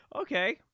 Okay